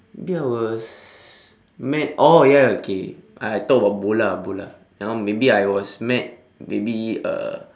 maybe I was mad oh ya okay I talk about bola bola that one maybe I was mad maybe uh